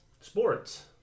Sports